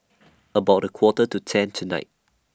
about A Quarter to ten tonight